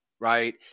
right